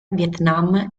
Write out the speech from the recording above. vietnam